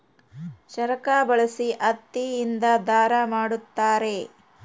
ಚರಕ ಬಳಸಿ ಹತ್ತಿ ಇಂದ ದಾರ ಮಾಡುತ್ತಾರೆ